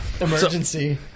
Emergency